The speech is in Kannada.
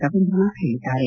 ರವೀಂದ್ರನಾಥ್ ಹೇಳದ್ದಾರೆ